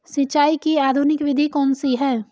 सिंचाई की आधुनिक विधि कौन सी है?